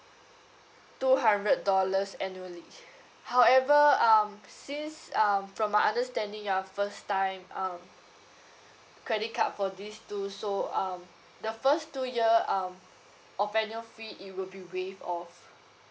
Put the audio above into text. two hundred dollars annually however um since um from my understanding you are first time um credit card for these two so um the first two year um of annual fee it will be waive off